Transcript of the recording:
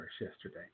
yesterday